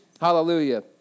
Hallelujah